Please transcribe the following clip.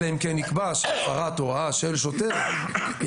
אלא אם כן נקבע שהפרת הוראה של שוטר היא